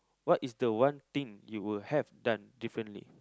what is the one thing you would have done differently